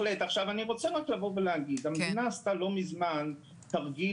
אני רוצה להגיד שהמדינה עשתה לא מזמן תרגיל